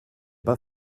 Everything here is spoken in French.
pas